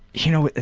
you know,